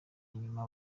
nyuma